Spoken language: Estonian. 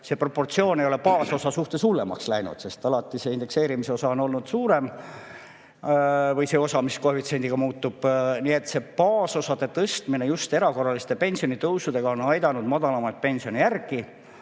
see proportsioon ei ole baasosa suhtes hullemaks läinud, sest alati see indekseerimise osa on olnud suurem – või see osa, mis koefitsiendiga muutub. See baasosa tõstmine just erakorraliste pensionitõusudega on aidanud madalamaid pensione järele